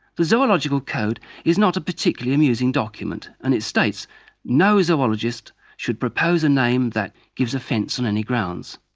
the zoological code is not a particularly amusing document, and it states no zoologist should propose a name that gives offence on any grounds.